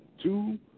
Two